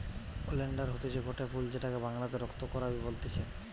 oleander হতিছে গটে ফুল যেটাকে বাংলাতে রক্ত করাবি বলতিছে